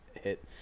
hit